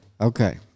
Okay